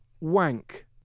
wank